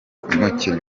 umukinnyi